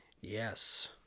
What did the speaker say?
Yes